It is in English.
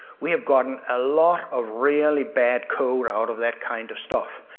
we have gotten a lot of really bad code out of that kind of stuff,